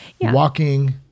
walking